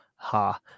Ha